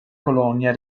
colonia